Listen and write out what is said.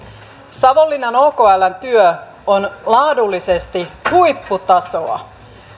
savonlinnan okln työ on laadullisesti huipputasoa